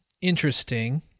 interesting